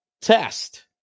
test